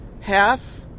half